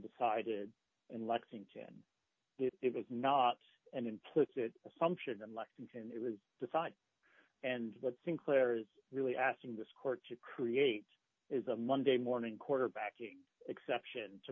decided in lexington it was not an implicit assumption in lexington it was decided and what sinclair is really asking this court to create is a monday morning quarterbacking exception to